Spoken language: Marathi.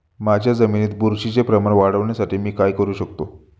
माझ्या जमिनीत बुरशीचे प्रमाण वाढवण्यासाठी मी काय करू शकतो?